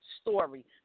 story